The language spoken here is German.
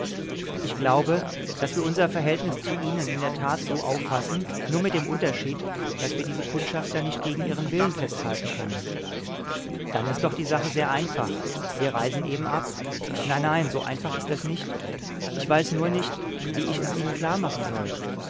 ich glaube daß wir unser verhältnis zu ihnen in der tat so auffassen nur mit dem unterschied daß wir diese kundschafter nicht gegen ihren willen festhalten können dann ist doch die sache sehr einfach wir reisen eben ab nein nein so einfach ist das nicht ich weiß nur nicht wie ich es ihnen klarmachen soll